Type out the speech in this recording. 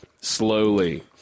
slowly